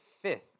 fifth